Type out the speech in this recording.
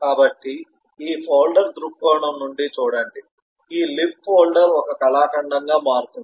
కాబట్టి ఈ ఫోల్డర్ దృక్కోణం నుండి చూడండి ఈ లిబ్ ఫోల్డర్ ఒక కళాఖండంగా మారుతుంది